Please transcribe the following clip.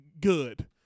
good